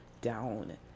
down